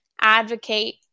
advocate